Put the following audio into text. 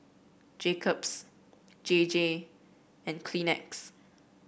Jacob's J J and Kleenex